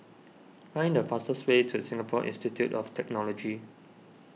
find the fastest way to Singapore Institute of Technology